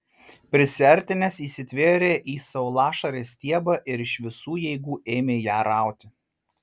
prisiartinęs įsitvėrė į saulašarės stiebą ir iš visų jėgų ėmė ją rauti